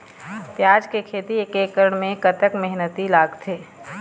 प्याज के खेती एक एकड़ म कतक मेहनती लागथे?